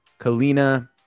Kalina